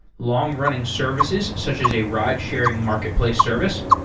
long running services such as a ridesharing marketplace service,